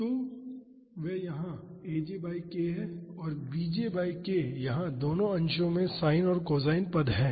तो वह यहाँ aj बाई k है और bj बाई k यहाँ दोनों अंशों में साइन और कोसाइन पद हैं